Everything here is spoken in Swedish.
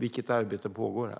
Vilket arbete pågår här?